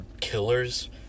killers